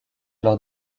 lors